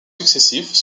successifs